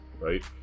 right